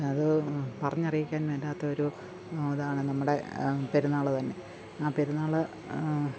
അത് പറഞ്ഞറിയിക്കാൻ മേലാത്തൊരു അതാണ് നമ്മടെ പെരുന്നാള് തന്നെ ആ പെരുന്നാള്